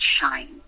shine